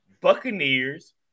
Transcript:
Buccaneers